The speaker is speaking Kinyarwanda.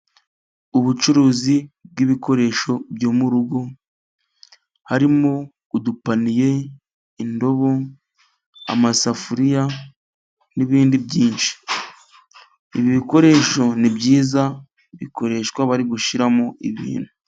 Ubucuruzi bw'ibikoresho byo mu rugo harimo: udupaniye, indobo, amasafuriya n'ibindi byinshi, ibi bikoresho ni byiza bikoreshwa bari gushyiramo ibintu.